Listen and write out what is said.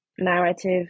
narrative